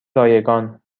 رایگان